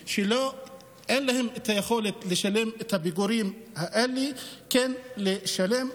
שאין להם את היכולת לשלם את הפיגורים האלה כן לשלם.